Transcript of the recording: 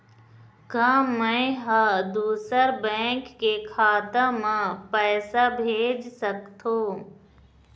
का मैं ह दूसर बैंक के खाता म पैसा भेज सकथों?